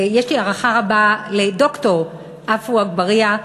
יש לי הערכה רבה לד"ר עפו אגבאריה,